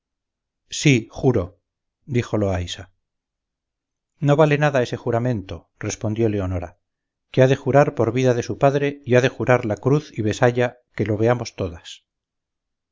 sí juro dijo loaysa no vale nada ese juramento respondió leonora que ha de jurar por vida de su padre y ha de jurar la cruz y besalla que lo veamos todas